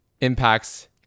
impacts